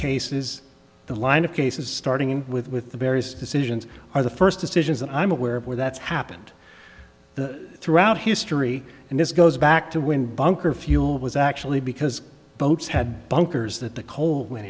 cases the line of cases starting with with the various decisions or the first decisions that i'm aware of where that's happened the throughout history and this goes back to when bunker fuel was actually because boats had bunkers that the coal went